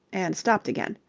and stopped again.